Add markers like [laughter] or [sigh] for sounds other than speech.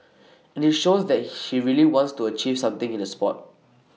and IT shows that [noise] she really wants to achieve something in the Sport